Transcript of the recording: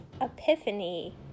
epiphany